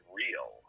real